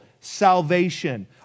salvation